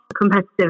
competitive